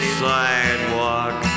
sidewalk